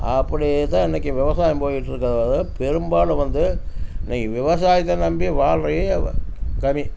அப்படியே தான் இன்றைக்கி விவசாயம் போய்கிட்ருக்கு அதாவது பெரும்பாலும் வந்து இன்றைக்கி விவசாயத்தை நம்பி வாழ்கிறவிங்க கம்மி